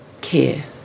care